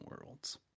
Worlds